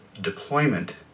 deployment